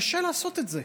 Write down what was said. קשה לעשות את זה.